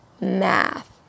math